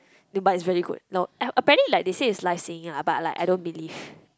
then but it's really good no a apparently like they say it's live singing ah but I don't believe